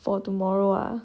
for tomorrow ah